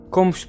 Como